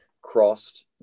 crossed